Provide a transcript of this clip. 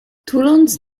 tuląc